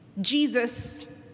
Jesus